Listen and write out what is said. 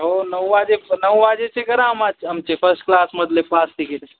हो नऊ वाजे नऊ वाजेचे करा आच आमचे फर्स्ट क्लासमधले पाच तिकीट